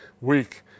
week